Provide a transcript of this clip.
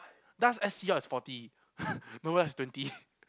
dust S_C_R is forty Nova is twenty